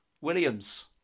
Williams